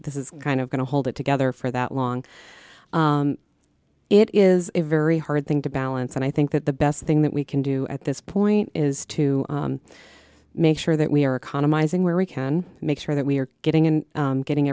this is kind of going to hold it together for that long it is a very hard thing to balance and i think that the best thing that we can do at this point is to make sure that we are economizing where we can make sure that we are getting and getting